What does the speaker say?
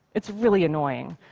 it's really annoying.